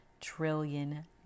trillion